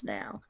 now